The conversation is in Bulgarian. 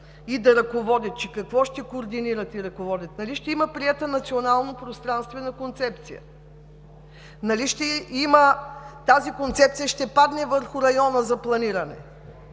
и да ръководят. Че какво ще координират и ръководят? Нали ще има приета Национална пространствена концепция?! Нали тази концепция ще падне върху района за планиране?!